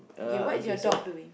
okay what is your dog doing